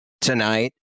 tonight